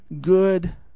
good